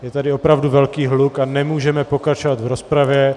Je tady opravdu velký hluk a nemůžeme pokračovat v rozpravě.